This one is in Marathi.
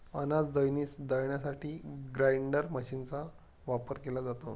अनाज दळण्यासाठी ग्राइंडर मशीनचा वापर केला जातो